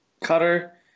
cutter